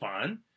fun